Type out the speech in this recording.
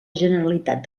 generalitat